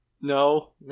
No